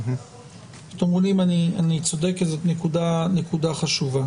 תאמרו אם אני צודק כי זו נקודה חשובה.